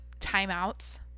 timeouts